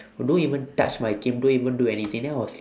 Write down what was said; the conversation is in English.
don't even touch my game don't even do anything then I was like